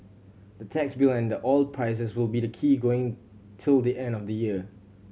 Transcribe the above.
the tax bill and the oil prices will be the key going till the end of the year